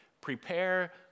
Prepare